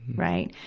right.